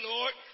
Lord